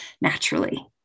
naturally